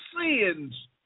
sins